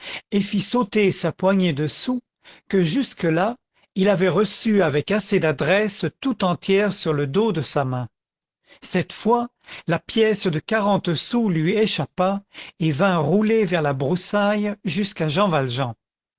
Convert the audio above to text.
et fit sauter sa poignée de sous que jusque-là il avait reçue avec assez d'adresse tout entière sur le dos de sa main cette fois la pièce de quarante sous lui échappa et vint rouler vers la broussaille jusqu'à jean valjean